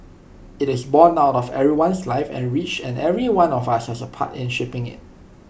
IT is borne out of everyone's life and rich and every one of us has A part in shaping IT